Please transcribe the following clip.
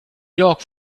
york